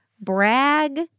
brag